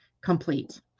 complete